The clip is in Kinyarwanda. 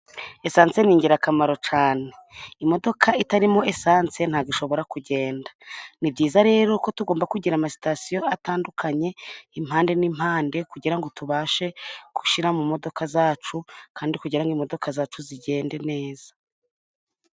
Esanse ni ingirakamaro cyane, Imodoka itarimo esanse ntabwo ishobora kugenda. Ni byiza rero ko tugomba kugira amasitasiyo atandukanye impande n'impande, kugira ngo tubashe gushyira mu modoka zacu, kandi kugira ngo imodoka zacu zigende neza.